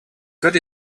got